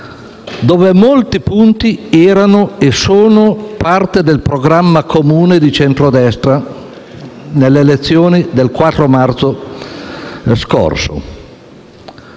con molti punti che erano parte del programma comune di centrodestra nelle elezioni del 4 marzo scorso.